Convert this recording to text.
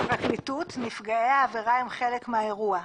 הפרקליטות נפגעי עבירות הם חלק מהאירוע.